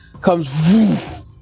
comes